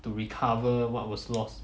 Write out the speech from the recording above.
to recover what was lost